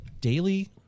daily